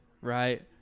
right